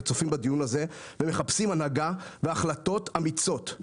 צופים בדיון הזה ומחפשים הנהגה והחלטות אמיצות.